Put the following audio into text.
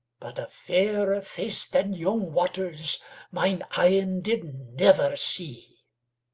but a fairer face than young waters mine eyen did never see.